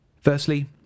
Firstly